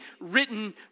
written